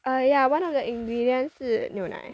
uh yeah one of the ingredient 是牛奶